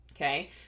okay